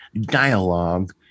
dialogue